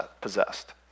possessed